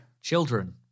Children